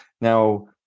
Now